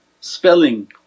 spelling